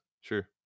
sure